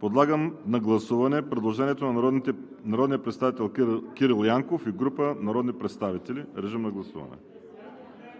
Подлагам на гласуване предложението на народния представител Красимир Янков и група народни представители. Гласували